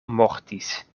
mortis